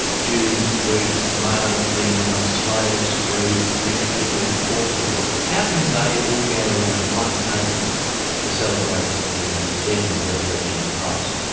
jews, greeks, male, female, slaves, free, rich people, poor people. how can they all gather round one table to celebrate the death and resurrection of christ?